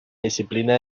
disciplina